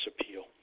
appeal